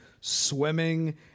swimming